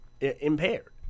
impaired